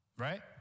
Right